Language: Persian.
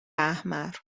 احمر